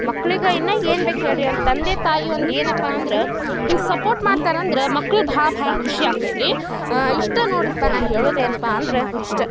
ಮಕ್ಳಿಗೆ ಇನ್ನ ಏನು ಬೇಕು ಹೇಳಿ ರೀ ಒಂದು ತಂದೆ ತಾಯಿ ಒಂದು ಏನಪ್ಪ ಅಂದ್ರ ಹಿಂಗೆ ಸಪೋರ್ಟ್ ಮಾಡ್ತಾರೆ ಅಂದ್ರ ಮಕ್ಕಳು ಭಾಳ ಭಾಳ ಖುಷಿ ಆಗ್ತೈತೆ ರೀ ಇಷ್ಟ ನೋಡ್ರಿಪ ನಾ ಹೇಳೋದು ಏನ್ಪ ಅಂದ್ರ ಇಷ್ಟ